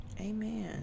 Amen